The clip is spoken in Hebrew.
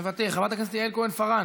מוותר, חברת הכנסת יעל כהן-פארן,